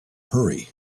hurry